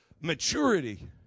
maturity